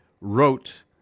wrote